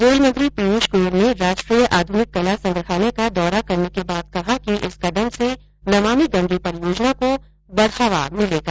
rail मंत्री पीयूष गोयल ने राष्ट्रीय आधुनिक कला संग्रहालय का दौरा करने के बाद कहा कि इस कदम से नमामि गंगे परियोजना को बढ़ावा मिलेगा